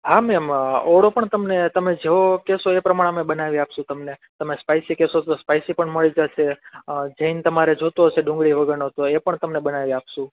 હા મેમ ઓળો પણ તમને તમે જેવો કેસો એ પ્રમાણે બનાવી આપસું તમને તમે સ્પાયસી કેસો તો સ્પાયસી પણ મળી જશે જઈન જૈન તમારે જોતું હશે ડુંગળી વગરનું તો એ પણ બનાવી આપશું